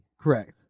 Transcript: Correct